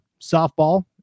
softball